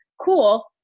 Cool